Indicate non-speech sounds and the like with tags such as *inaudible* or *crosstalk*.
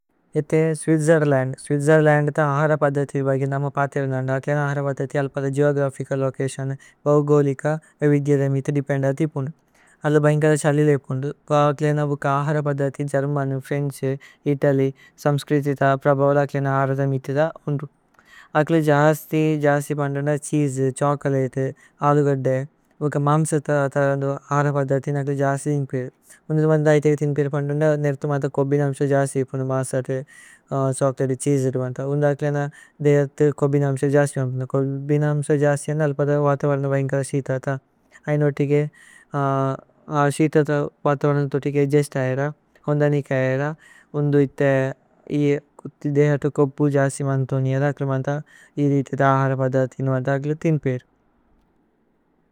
Switzerland Switzerland ത ആഹര പദ്ദഥി। ബഗി നമ പതി അരുനന്ദു ആകിലേന ആഹര। പദ്ദഥി അല്പദ ഗേഓഗ്രഫിച ലോചതിഓന। ബൌഗോലിക വ വിധ്യ ദമേ ഇത ദേപേന്ദതി। പുന്ദു അല്ലു ബൈന്ഗല ഛല്ലിലേ പുന്ദു ആകിലേന। ബുക ആഹര പദ്ദഥി ജര്മനു, ഫ്രേന്ഛ്, ഇതലി। സമ്സ്ക്രിതിത പ്രഭവദ് ആകിലേന ആഹര ദമേ। ഇത ദ ഉന്ദു ആകിലു ജസ്തി ജസ്തി പന്ദുന്ദ। ഛീസേ, ഛോചോലതേ, അലുഗദ്ദേ, ബുക മമ്സു ത। ആഹര പദ്ദഥിനു ആകിലു ജസ്തി ദിന്പിരു ഉന്ദു। ദുമ ദൈഥേഗ ദിന്പിരു പന്ദുന്ദ നേര്ഥു മാഥ। കോബിനമ്സോ ജസ്തി ഇപുന മാസതു, ഛോചോലതേ। ഛീസേ ഇതുമന്ത ഉന്ദു ആകിലേന ദേഹതു കോബിനമ്സോ। ജസ്തി പന്ദുന്ദ। കോബിനമ്സോ। *hesitation* ജസ്തി പന്ദുന്ദ അല്പദ വതവരന ബൈന്ഗല। ശീതത ഐനോ തികേ, അ ശീതത വതവരന। തോതികേ അദ്ജുസ്ത് ആയേര ഹോന്ദനിക ആയേര ഉന്ദു। ഇത്തേ *hesitation* ദേഹതു കോപു ജസ്തി മന്ദു। തോനി അര ആകിലു മാഥ ഇതി ഇതി ആഹര। പദ്ദഥിനു മാഥ ആകിലു ദിന്പിരു।